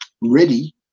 ready